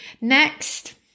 Next